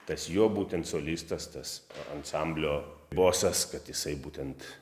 tas jo būtent solistas tas ansamblio bosas kad jisai būtent